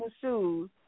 shoes